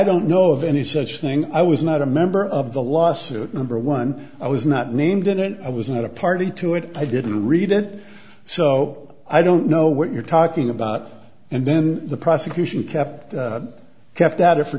don't know of any such thing i was not a member of the lawsuit number one i was not name didn't i was not a party to it i didn't read it so i don't know what you're talking about and then the prosecution kept kept at it for